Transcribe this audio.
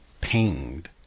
pained